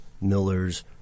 Miller's